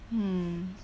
mm